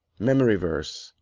memory verse,